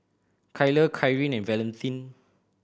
Kyla Karyn and Valentin